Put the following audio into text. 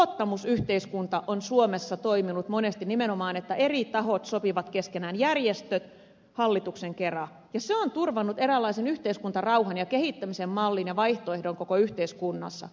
luottamusyhteiskunta on suomessa toiminut monesti nimenomaan niin että eri tahot sopivat keskenään järjestöt hallituksen kera ja se on turvannut eräänlaisen yhteiskuntarauhan ja kehittämisen mallin ja vaihtoehdon koko yhteiskunnassa